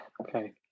Okay